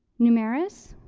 numeris,